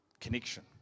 connection